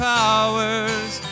powers